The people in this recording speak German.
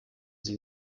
sie